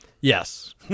Yes